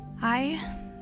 Hi